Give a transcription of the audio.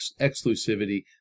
exclusivity